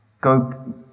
go